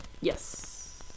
Yes